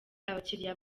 abakiriya